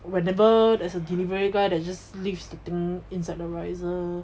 whenever there's a delivery guy that just leaves the thing inside the